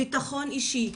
בטחון אישי,